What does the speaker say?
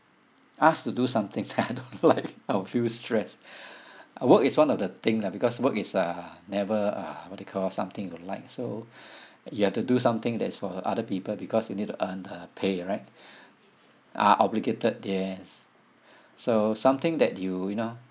asked to do something that I don't like I will feel stressed work is one of the thing lah because work is uh never uh what they call something I don't like so you have to do something that is for other people because you need to earn the pay right uh obligated yes so something that you you know